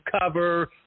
cover